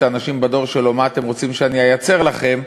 האנשים בדור שלו: מה אתם רוצים שאני אייצר לכם?